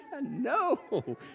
No